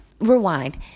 rewind